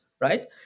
right